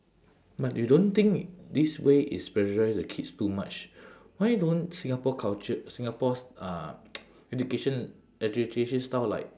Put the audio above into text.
but you don't think this way is pressurise the kids too much why don't singapore culture singapore s~ uh education education style like